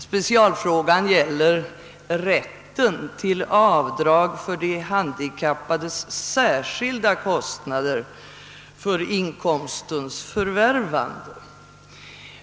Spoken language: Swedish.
Specialfrågan gäller rätten till avdrag för de handikappades särskilda kostnader vid inkomstens förvärvande.